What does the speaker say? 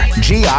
GI